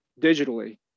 digitally